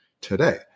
today